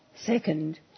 second